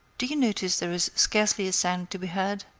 do you notice there is scarcely a sound to be heard?